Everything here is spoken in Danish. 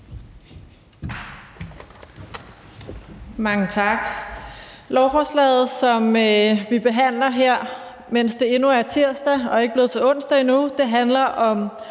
Mange tak. Lovforslaget, som vi behandler her, mens det endnu er tirsdag og ikke er blevet til onsdag, handler om